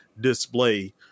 display